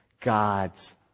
God's